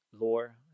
lore